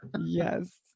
Yes